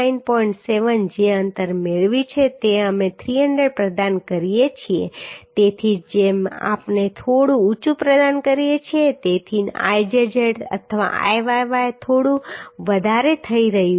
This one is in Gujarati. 7 જે અંતર મેળવ્યું છે તે અમે 300 પ્રદાન કરીએ છીએ તેથી જ જેમ કે આપણે થોડું ઊંચું પ્રદાન કરીએ છીએ તેથી Izz અથવા Iyy થોડું વધારે થઈ રહ્યું છે